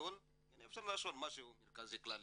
הגדולה כן אפשר לחשוב משהו מרכזי כללי,